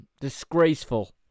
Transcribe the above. disgraceful